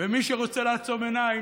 ומי שרוצה לעצום עיניים,